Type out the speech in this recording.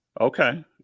Okay